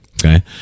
okay